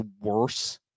worse